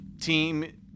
team